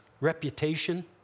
reputation